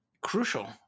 crucial